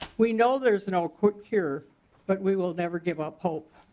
we know there is no quick cure but we will never give up hope.